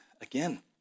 again